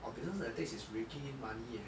orh business analytics is raking in money eh